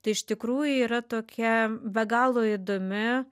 tai iš tikrųjų yra tokia be galo įdomi